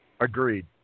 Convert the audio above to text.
agreed